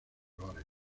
colores